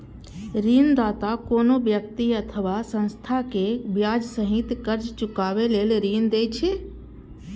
ऋणदाता कोनो व्यक्ति अथवा संस्था कें ब्याज सहित कर्ज चुकाबै लेल ऋण दै छै